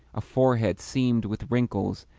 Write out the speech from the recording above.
a forehead seamed with wrinkles,